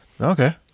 Okay